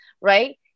right